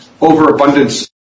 Overabundance